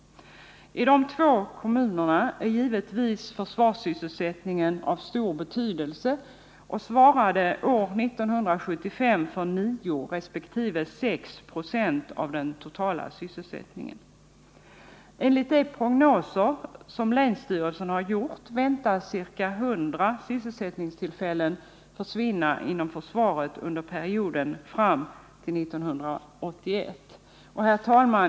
I de två kommunerna är givetvis försvarssysselsättningen av stor betydelse och svarade år 1975 för 9 resp. 6 26 av den totala sysselsättningen. Enligt de prognoser länsstyrelsen har gjort väntas ca 100 sysselsättningstillfällen försvinna inom försvaret under perioden fram till 1981.